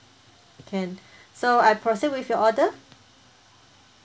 can so I proceed with your order